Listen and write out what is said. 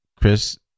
Chris